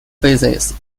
faces